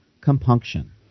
compunction